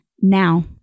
Now